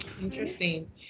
Interesting